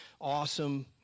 awesome